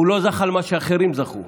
הוא לא זכה למה שאחרים זכו.